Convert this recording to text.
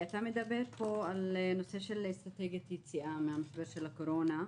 אתה מדבר פה על אסטרטגיית יציאה מהמשבר של הקורונה,